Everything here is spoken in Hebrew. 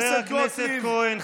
חבר הכנסת כהן,